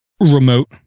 remote